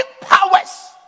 powers